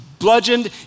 bludgeoned